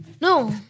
No